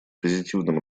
позитивным